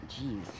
jeez